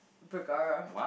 Ryan-Bergara